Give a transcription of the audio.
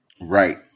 Right